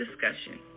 discussion